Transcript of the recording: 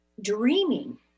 dreaming